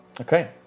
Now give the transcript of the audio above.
Okay